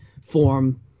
form